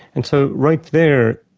and so right there,